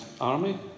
army